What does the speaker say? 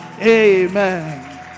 Amen